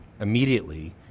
immediately